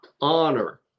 honor